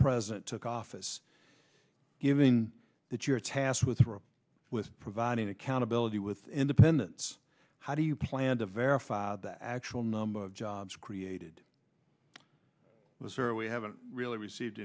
president took office given that you're tasked with with providing accountability with independents how do you plan to verify that actual number of jobs created we haven't really received